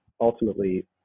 ultimately